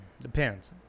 Depends